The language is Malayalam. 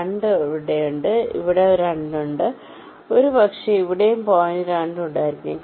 അതുപോലെ നമുക്ക് ഇവിടെ ഒരു പോയിന്റ് 2 ഉണ്ട് ഇവിടെ ഒരു പോയിന്റ് 2 ഉണ്ട് ഒരുപക്ഷേ ഇവിടെയും പോയിന്റ് 2 ഉണ്ടായിരിക്കാം